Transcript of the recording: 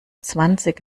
zwanzig